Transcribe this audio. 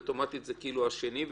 אוטומטית זה כאילו השני.